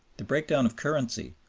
the breakdown of currency,